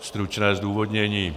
Stručné zdůvodnění.